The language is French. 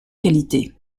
qualité